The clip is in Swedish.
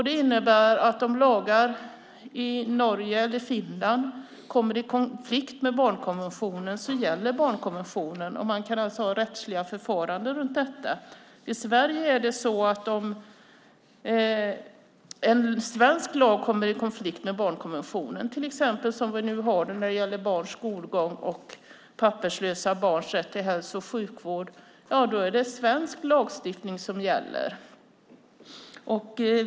Det innebär att om lagar i Norge eller Finland kommer i konflikt med barnkonventionen gäller den senare. Man kan alltså ha rättsliga förfaranden om detta. Men om en svensk lag kommer i konflikt med barnkonventionen, till exempel som nu när det gäller barns skolgång och papperslösa barns rätt till hälso och sjukvård, är det svensk lagstiftning som gäller.